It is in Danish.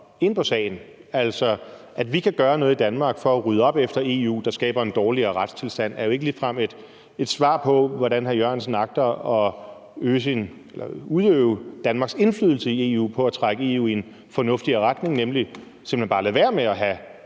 ind på sagen. Altså, at vi kan gøre noget i Danmark for at rydde op efter EU, der skaber en dårligere retstilstand, er jo ikke ligefrem et svar på, hvordan hr. Jan E. Jørgensen agter at udøve Danmarks indflydelse i EU på at trække EU i en fornuftigere retning, nemlig simpelt hen bare at lade være med at have